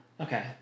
Okay